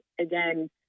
again